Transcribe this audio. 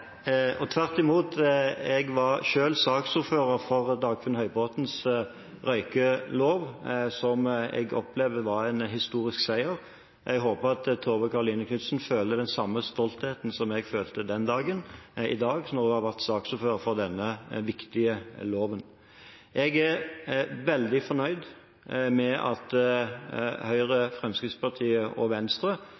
Tvert imot, jeg var selv saksordfører for Dagfinn Høybråtens røykelov, som jeg opplevde var en historisk seier. Jeg håper at Tove Karoline Knutsen i dag føler den samme stoltheten som jeg følte den dagen, når hun har vært saksordfører for denne viktige loven. Jeg er veldig fornøyd med at Høyre,